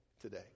today